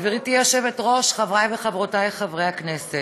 גברתי היושבת-ראש, חבריי וחברותיי חברי הכנסת,